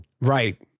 right